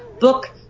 book